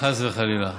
חס וחלילה.